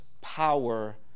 power